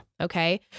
Okay